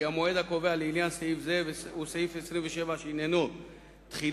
כי המועד הקובע לעניין סעיף זה וסעיף 27 שעניינו "תחילה,